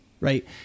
Right